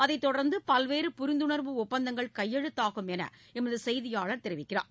அதைத் தொடர்ந்து பல்வேறு புரிந்துணர்வு ஒப்பந்தங்கள் கையெழுத்தாகும் என்று எமது செய்தியாளர் தெரிவிக்கிறார்